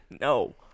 No